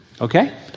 Okay